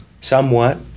Somewhat